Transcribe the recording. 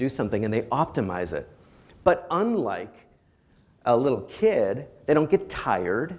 do something and they optimize it but unlike a little kid they don't get tired